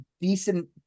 decent